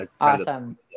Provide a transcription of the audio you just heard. Awesome